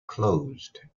closed